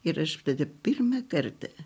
ir aš tada pirmą kartą